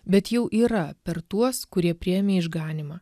bet jau yra per tuos kurie priėmė išganymą